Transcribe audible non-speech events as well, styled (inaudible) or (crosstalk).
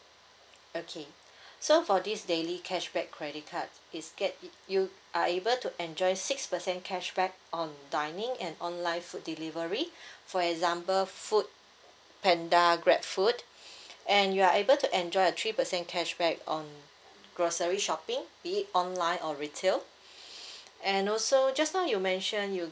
okay (breath) so for this daily cashback credit card is get it you are able to enjoy six percent cashback on dining and online food delivery (breath) for example foodpanda grabfood (breath) and you're able to enjoy a three percent cashback on grocery shopping be it online or retail (breath) and also just now you mentioned you